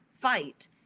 fight